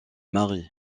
mari